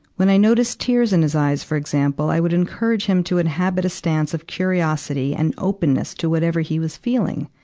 when i noticed tears in his eyes, for example, i would encourage him to inhabit a stance of curiosity and openness to whatever he was feeling.